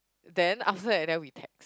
then after that then we text